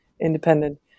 independent